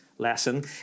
lesson